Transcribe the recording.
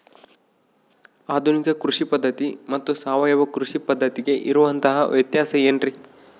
ಆಧುನಿಕ ಕೃಷಿ ಪದ್ಧತಿ ಮತ್ತು ಸಾವಯವ ಕೃಷಿ ಪದ್ಧತಿಗೆ ಇರುವಂತಂಹ ವ್ಯತ್ಯಾಸ ಏನ್ರಿ?